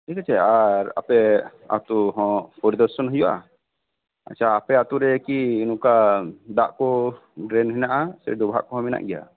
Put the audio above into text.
ᱴᱷᱤᱠ ᱟᱪᱷᱮ ᱟᱨ ᱟᱯᱮ ᱟᱛᱩ ᱦᱚᱸ ᱯᱚᱨᱤ ᱫᱚᱨᱥᱚᱱ ᱦᱩᱭᱩᱜᱼᱟ ᱟᱪ ᱪᱷᱟ ᱟᱯᱮ ᱟᱛᱩ ᱨᱮᱠᱤ ᱚᱝᱠᱟ ᱫᱟᱜᱽ ᱠᱚ ᱰᱨᱮᱱ ᱦᱮᱱᱟᱜᱼᱟ ᱰᱚᱵᱷᱟᱜ ᱠᱚ ᱦᱚᱸ ᱢᱮᱱᱟᱜ ᱜᱮᱭᱟ